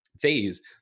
phase